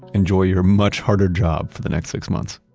enjoy your much harder job for the next six months